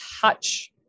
touch